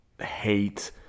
hate